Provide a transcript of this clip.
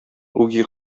үги